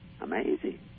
Amazing